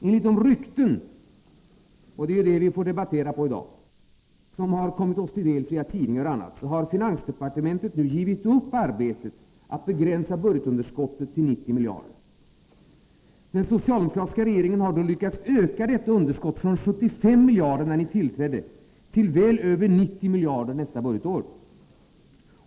Enligt de rykten — och det är ju rykten vi får debattera på i dag — som har kommit oss till dels via tidningar och annat har finansdepartementet nu givit upp arbetet att begränsa budgetunderskottet till 90 miljarder. Den socialdemokratiska regeringen har då lyckats öka detta underskott från 75 miljarder när ni tillträdde till väl över 90 miljarder nästa budgetår.